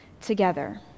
together